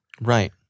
Right